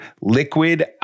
liquid